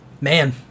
man